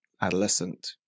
adolescent